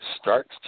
starts